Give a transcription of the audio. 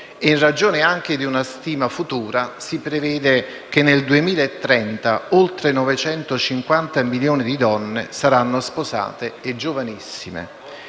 In ragione anche di una stima futura, si prevede che nel 2030 oltre 950 milioni di donne saranno sposate, e giovanissime.